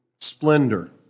splendor